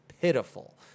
pitiful